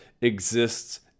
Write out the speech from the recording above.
exists